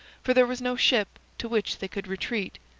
for there was no ship to which they could retreat,